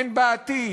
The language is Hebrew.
אין בה עתיד,